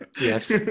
Yes